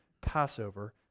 Passover